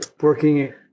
working